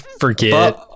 forget